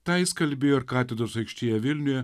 tą jis kalbėjo ir katedros aikštėje vilniuje